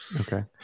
okay